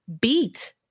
beat